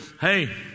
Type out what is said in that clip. Hey